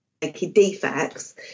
defects